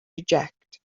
eject